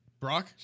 brock